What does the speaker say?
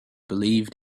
believed